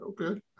okay